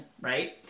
right